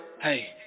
Hey